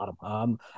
bottom